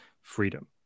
freedom